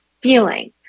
feeling